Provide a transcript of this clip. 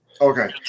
Okay